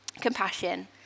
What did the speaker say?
compassion